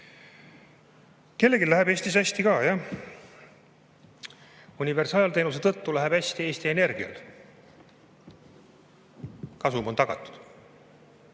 läheb Eestis hästi ka. Universaalteenuse tõttu läheb hästi Eesti Energial. Kasum on tagatud.